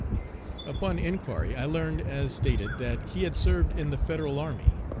upon inquiry i learned, as stated, that he had served in the federal army.